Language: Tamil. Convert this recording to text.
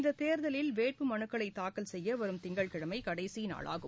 இந்ததேர்தலில் வேட்புமனுக்களைதாக்கல் செய்யவரும் திங்கட்கிழமைகடைசிநாளாகும்